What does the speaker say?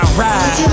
ride